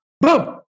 boom